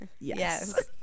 yes